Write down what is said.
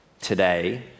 today